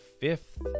fifth